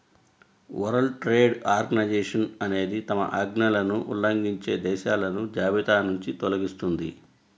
world trade organization అనేది తమ ఆజ్ఞలను ఉల్లంఘించే దేశాలను జాబితానుంచి తొలగిస్తుంది